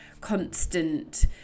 constant